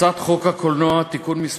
הצעת חוק הקולנוע (תיקון מס'